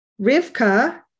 Rivka